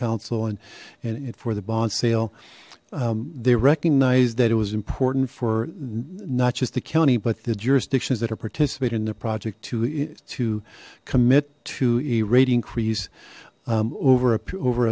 counsel and and for the bond sale they recognized that it was important for not just the county but the jurisdictions that are participated in the project to to commit to a rate increase over a over